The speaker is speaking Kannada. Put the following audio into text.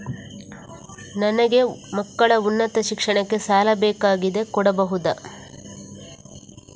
ನನಗೆ ಮಕ್ಕಳ ಉನ್ನತ ಶಿಕ್ಷಣಕ್ಕೆ ಸಾಲ ಬೇಕಾಗಿದೆ ಕೊಡಬಹುದ?